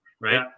right